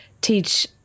teach